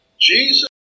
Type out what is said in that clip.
Jesus